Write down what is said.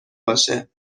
باشه